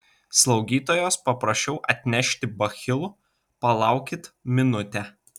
slaugytojos paprašiau atnešti bachilų palaukit minutę